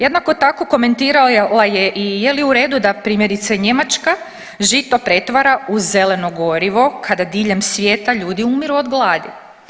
Jednako tako komentirala je i je li u redu da primjerice Njemačka žito pretvara u zeleno gorivo kada diljem svijeta ljudi umiru od gladi.